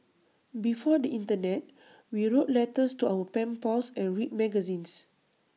before the Internet we wrote letters to our pen pals and read magazines